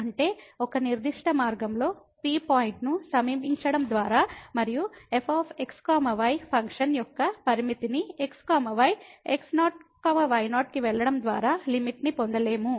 అంటే ఒక నిర్దిష్ట మార్గంలో P పాయింట్ను సమీపించడం ద్వారా మరియు f x y ఫంక్షన్ యొక్క పరిమితిని x y x0 y0 కి వెళ్ళడం ద్వారా లిమిట్ ని పొందలేము